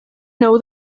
know